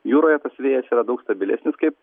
jūroje tas vėjas yra daug stabilesnis kaip